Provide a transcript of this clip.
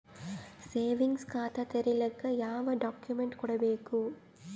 Savings ಖಾತಾ ತೇರಿಲಿಕ ಯಾವ ಡಾಕ್ಯುಮೆಂಟ್ ಕೊಡಬೇಕು?